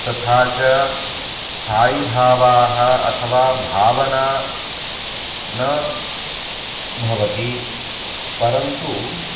तथा च स्थायिभावाः अथवा भावना न भवति परन्तु